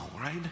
right